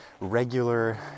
regular